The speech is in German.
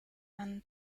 man